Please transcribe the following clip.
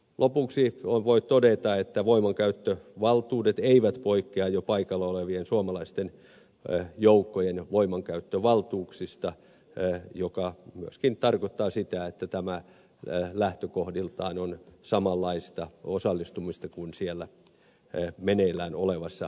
lopuksi voi todeta että voimankäyttövaltuudet eivät poikkea jo paikalla olevien suomalaisten joukkojen voimankäyttövaltuuksista mikä myöskin tarkoittaa sitä että tämä lähtökohdiltaan on samanlaista osallistumista kuin siellä meneillään olevassa operaatiossa